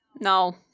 no